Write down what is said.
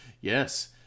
Yes